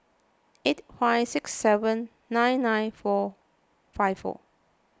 eight five six seven nine nine four five four